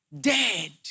Dead